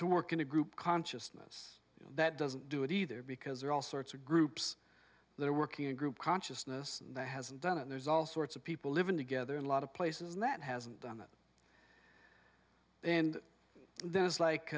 to work in a group consciousness that doesn't do it either because there are all sorts of groups there working a group consciousness and there hasn't done it there's all sorts of people living together in a lot of places that hasn't done it and there's like